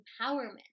empowerment